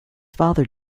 father